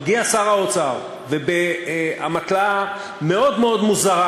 מגיע שר האוצר ובאמתלה מאוד מאוד מוזרה,